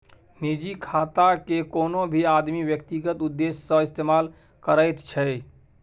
निजी खातेकेँ कोनो भी आदमी व्यक्तिगत उद्देश्य सँ इस्तेमाल करैत छै